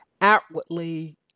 outwardly